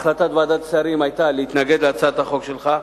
החלטת ועדת השרים היתה להתנגד להצעת החוק שלך,